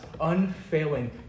unfailing